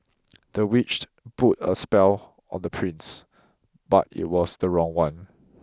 the witch put a spell on the prince but it was the wrong one